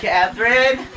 Catherine